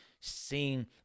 seeing